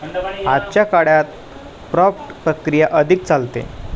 आजच्या काळात क्राफ्ट प्रक्रिया अधिक चालते